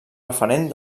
referent